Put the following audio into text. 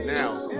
now